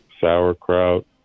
sauerkraut